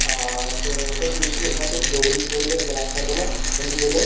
हां ते तुस मिकी लगदा तुस डोगरी च बोलगे ते बड़ा अच्छा रौह्ना हांजी बोल्लो